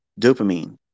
dopamine